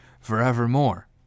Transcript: forevermore